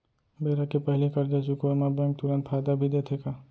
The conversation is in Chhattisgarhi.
बेरा के पहिली करजा चुकोय म बैंक तुरंत फायदा भी देथे का?